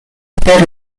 per